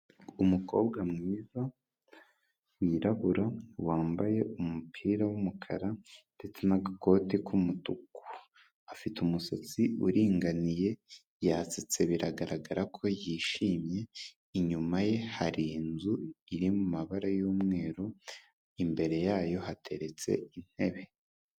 Umukobwa mwiza wirabura wambaye umupira w'umukara ndetse n'agakote k'umutuku, afite umusatsi uringaniye yasetse biragaragara ko yishimye, inyuma ye hari inzu iri mu mabara y'umweru, imbere yayo hateretse intebe.